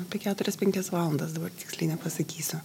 apie keturias penkias valandas dabar tiksliai nepasakysiu